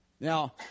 Now